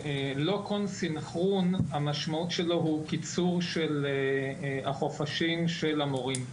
לא כל סנכרון - המשמעות שלו היא קיצור חופשות המורים.